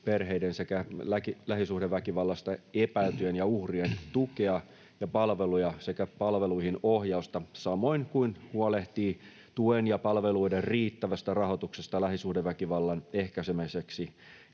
perheiden sekä lähisuhdeväkivallasta epäiltyjen ja uhrien tukea ja palveluja sekä palveluihin ohjausta samoin kuin huolehtii tuen ja palveluiden riittävästä rahoituksesta lähisuhdeväkivallan ehkäisemiseksi